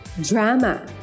drama